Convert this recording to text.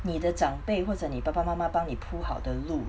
你的长辈或者你爸爸妈妈帮你铺好的路